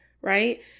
right